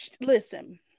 listen